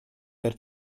per